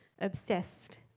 obsessed